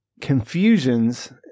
confusions